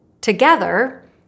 Together